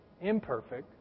imperfect